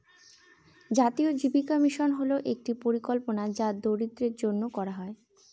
জাতীয় জীবিকা মিশন হল একটি পরিকল্পনা যা দরিদ্রদের জন্য করা হয়